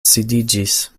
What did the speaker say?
sidiĝis